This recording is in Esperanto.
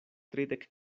tridek